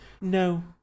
No